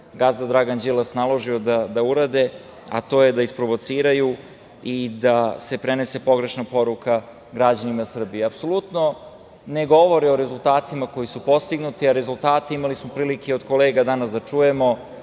gazda Dragan Đilas naložio da urade, a to je da isprovociraju i da se prenese pogrešna poruka građanima Srbije. Apsolutno ne govore o rezultatima koji su postignuti, a imali smo prilike od kolega danas da čujemo.